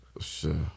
Sure